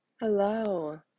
Hello